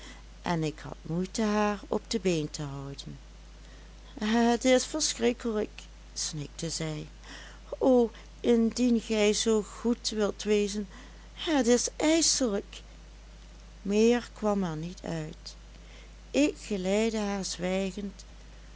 en ik had moeite haar op de been te houden het is verschrikkelijk snikte zij o indien gij zoo goed wilt wezen het is ijselijk meer kwam er niet uit ik geleidde haar zwijgend